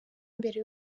imbere